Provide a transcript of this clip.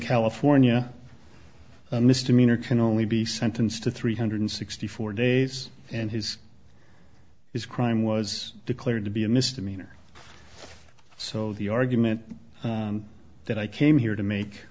california a misdemeanor can only be sentenced to three hundred sixty four days and his crime was declared to be a misdemeanor so the argument that i came here to make